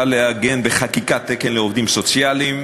לעגן בחקיקה תקן לעובדים סוציאליים.